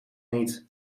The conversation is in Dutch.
niet